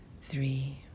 three